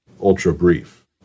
ultra-brief